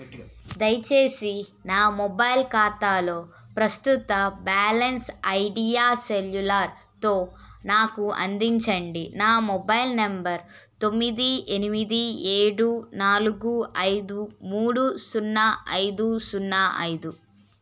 దయచేసి నా మొబైల్ ఖాతాలో ప్రస్తుత బ్యాలెన్స్ ఐడియా సెల్యులార్తో నాకు అందించండి నా మొబైల్ నెంబర్ తొమ్మిది ఎనిమిది ఏడు నాలుగు ఐదు మూడు సున్నా ఐదు సున్నా ఐదు